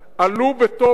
עלו בתום לב,